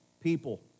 people